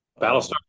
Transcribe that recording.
Battlestar